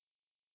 mm